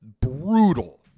brutal